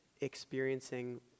experiencing